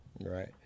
Right